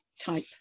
type